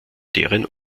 deren